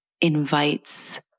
Invites